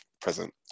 present